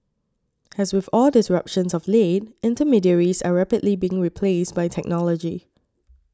as with all disruptions of late intermediaries are rapidly being replaced by technology